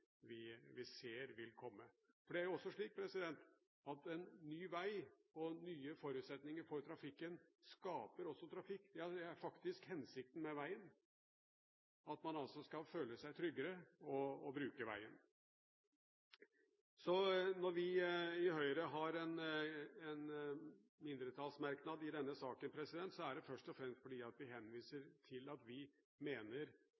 trafikken vi ser vil komme. For det er slik at en ny vei og nye forutsetninger for trafikken også skaper trafikk – ja, det er faktisk hensikten med veien at man skal føle seg tryggere og bruke veien. Når vi i Høyre har en mindretallsmerknad i denne saken, er det først og fremst fordi vi henviser til at vi mener